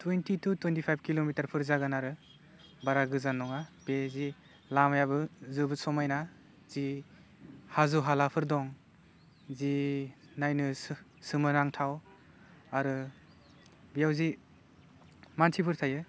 twenty-two twenty five किल'मिटारफोर जागोन आरो बारा गोजान नङा बे जि लामायाबो जोबोर समायना जि हाजो हालाफोर दं जि नायनो सो सोमोनांथाव आरो बेयाव जि मानसिफोर थायो